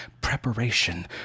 preparation